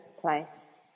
place